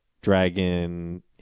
dragon